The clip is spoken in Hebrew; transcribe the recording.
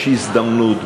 יש הזדמנות.